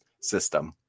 system